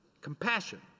compassion